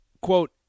quote